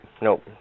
nope